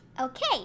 Okay